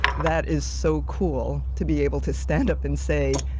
that is so cool to be able to stand up and say,